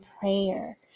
prayer